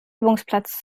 übungsplatz